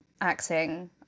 acting